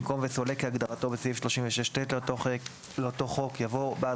במקום "וסולק כהגדרתו בסעיף 36ט לאותו חוק" יבוא "בעל